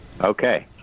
Okay